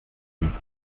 siegt